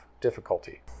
Difficulty